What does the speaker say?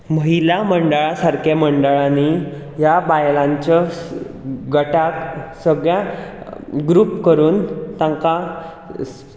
महिला मंडळा सारकें मंडळांनीं ह्यां बायलांच्यो स गटाक सगळ्यां ग्रूप करून तांकां